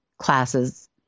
classes